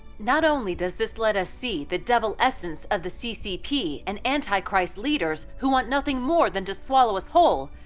not only does this let us see the devil essence of the ccp and antichrist leaders who want nothing more than to swallow us whole,